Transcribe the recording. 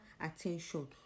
attention